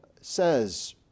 says